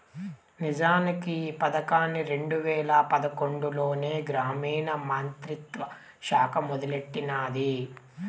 నిజానికి ఈ పదకాన్ని రెండు వేల పదకొండులోనే గ్రామీణ మంత్రిత్వ శాఖ మొదలెట్టినాది